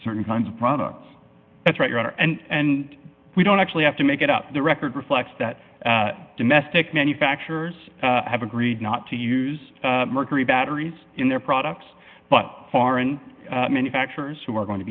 certain kinds of products that's right your honor and we don't actually have to make it up the record reflects that domestic manufacturers have agreed not to use mercury batteries in their products but foreign manufacturers who are going to